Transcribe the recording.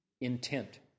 Intent